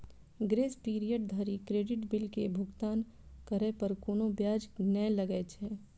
grace period धरि credit bill के भुगतान करै पर कोनो ब्याज नै लागै छै